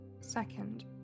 Second